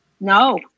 No